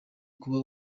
kuba